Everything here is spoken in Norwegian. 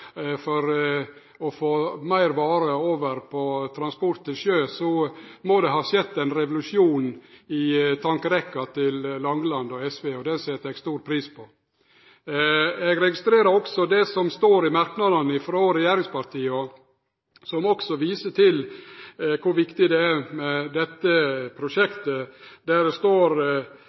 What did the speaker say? for å få meir varer over frå transport til sjø, må det ha skjedd ein revolusjon i tankerekka til Langeland og SV, og det set eg stor pris på. Eg registrerer også det som står i merknadene frå regjeringspartia, som også viser til kor viktig det er med dette prosjektet. Det står